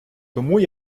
тому